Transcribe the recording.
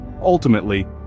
ultimately